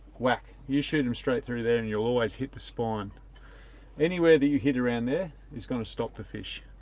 whack, you shoot him straight through there and you'll always hit the spine. anywhere that you hit around there is gonna stop the fish.